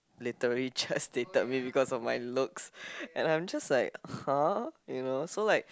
literally just dated me because of my looks and I'm just like !huh! you know so like